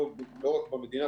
לא רק במדינה,